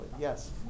Yes